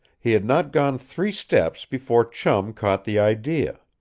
he had not gone three steps before chum caught the idea.